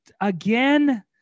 again